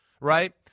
right